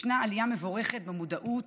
ישנה עלייה מבורכת במודעות,